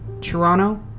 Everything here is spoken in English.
Toronto